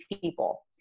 people